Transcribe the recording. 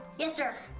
yes, sir!